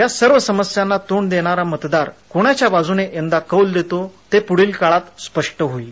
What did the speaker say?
या सर्व समस्यांना तोंड देणारा मतदार क्णाच्या बाजूने यंदा कौल देतो हे पुढील काळात स्पष्ट होईल